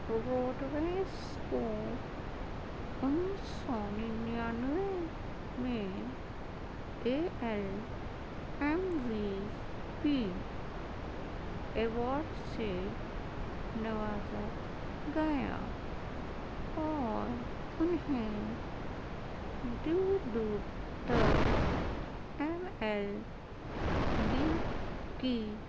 roadways کو انیس سو ننیانوے میں A L M V P award سے نوازا گیا اور انہیں دور دور تک ایم ایل بی کی